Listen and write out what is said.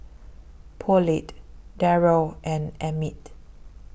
Paulette Darrel and Emmitt